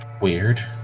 weird